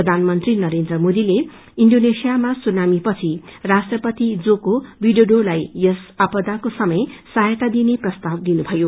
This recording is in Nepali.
प्रधानमन्त्री नरेन्द्र मोदी ईडोनेश्यिामा सुनामी पछि राष्ट्रपति जोको विडोको लाई यस आपदाको समय सहायता दिइने प्रस्ताव दिनुभयो